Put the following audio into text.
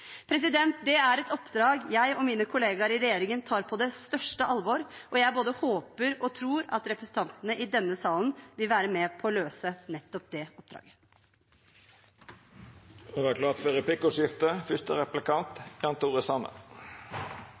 Det er et oppdrag jeg og mine kollegaer i regjeringen tar på det største alvor, og jeg både håper og tror at representantene i denne salen vil være med på å løse nettopp det oppdraget. Det